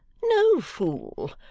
no, fool.